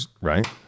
right